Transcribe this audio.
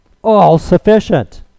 all-sufficient